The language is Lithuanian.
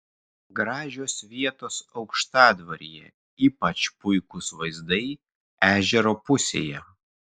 gražios vietos aukštadvaryje ypač puikūs vaizdai ežero pusėje